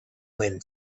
when